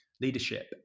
leadership